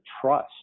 trust